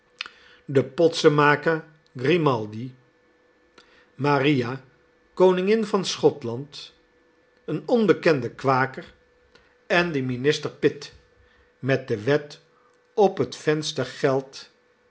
den potsenmaker grimaldi maria koningin van schotland een onbekenden kwaker en den minister pitt met de wet op het venstergeld